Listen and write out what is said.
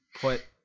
put